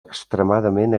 extremadament